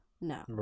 No